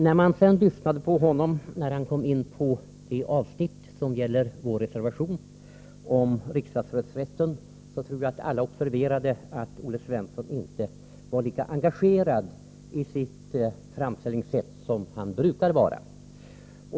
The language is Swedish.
När Olle Svensson sedan kom in på de avsnitt som gäller vår reservation om riksdagsrösträtten, tror jag att alla observerade att han inte var lika engagerad i sitt framställningssätt som han brukar vara.